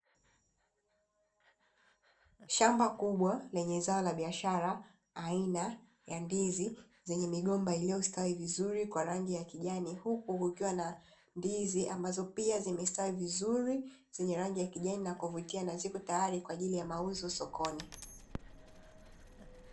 Shamba kubwa lenye zao la biashara aina ya ndizi zenye migomba iliyostawi vizuri kwa rangi ya kijani, huku kukiwa na ndizi ambazo pia zimestawi vizuri zenye rangi ya kijani na kuvutia na ziko tayari kwa ajili ya mauzo sokoni.